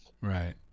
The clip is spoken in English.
Right